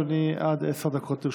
אדוני, עד עשר דקות לרשותך.